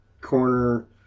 corner